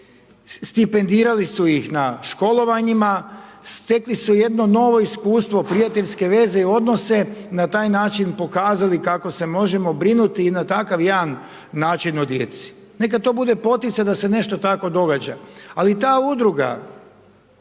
stipendirali su ih na školovanjima, stekli su jedno novo iskustvo prijateljske veze i odnose i na taj način pokazali kako se možemo brinuti i na takav jedan način o djeci. Neka to bude poticaj da se nešto tako događa. Ali ta udruga